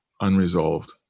unresolved